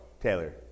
Taylor